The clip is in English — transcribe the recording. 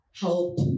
help